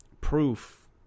proof